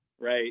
Right